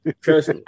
Trust